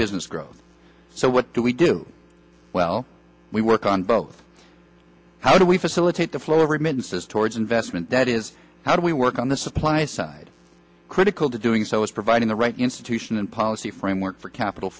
business growth so what do we do well we work on both how do we facilitate the flow of remittances towards investment that is how do we work on the supply side critical to doing so is providing the right institution and policy framework for capital